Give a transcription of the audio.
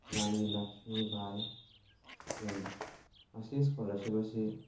ꯔꯥꯅꯤ Lakshmi Bai scheme ꯃꯁꯤ scholarship ꯑꯁꯤ